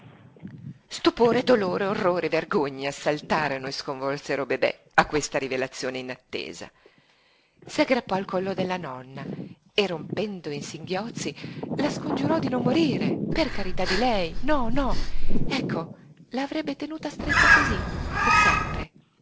stupore dolore orrore vergogna assaltarono e sconvolsero bebè a questa rivelazione inattesa si aggrappò al collo della nonna e rompendo in singhiozzi la scongiurò di non morire per carità di lei no no ecco la avrebbe tenuta stretta cosí per sempre